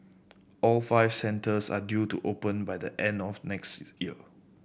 all five centres are due to open by the end of next year